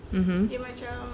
mmhmm